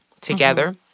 together